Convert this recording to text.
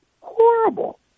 Horrible